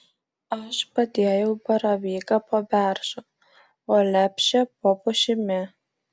aš padėjau baravyką po beržu o lepšę po pušimi